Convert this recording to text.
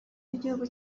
w’igihugu